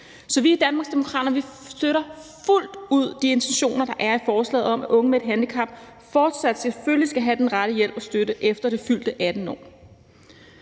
Så vi i Danmarksdemokraterne støtter fuldt ud de intentioner, der er i forslaget om, at unge med et handicap selvfølgelig fortsat skal have den rette hjælp og støtte efter det fyldte 18. år.